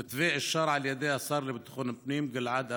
המתווה אושר על ידי השר לביטחון הפנים גלעד ארדן,